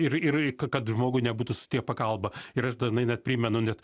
ir ir kad žmogui nebūtų suteik pagalba ir aš dažnai net primenu net